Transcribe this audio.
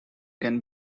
can